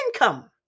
income